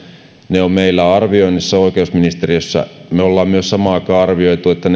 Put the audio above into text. ne ovat meillä arvioinnissa oikeusministeriössä me olemme myös samaan aikaan arvioineet että